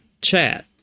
chat